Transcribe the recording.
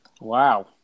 Wow